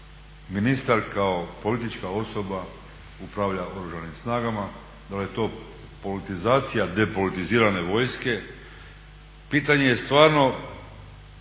ministar kao politička osoba upravlja Oružanim snagama, da li je to politizacija depolitizirane vojske. Pitanje je stvarno